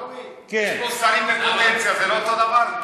עיסאווי, יש פה שרים בפוטנציה, זה לא אותו דבר?